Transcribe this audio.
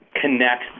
connect